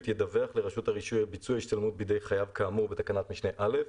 ידווח לרשות הרישוי על ביצוע השתלמות בידי חייב כאמור בתקנה משנה (א)